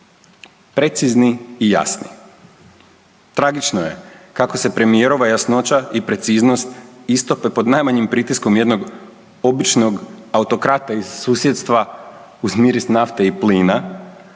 precizni i jasni. Tragično je kako se premijerova jasnoća i preciznost istope pod najmanjim pritiskom jednog običnog autokrata iz susjedstva uz miris nafte i plina,